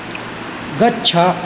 गच्छ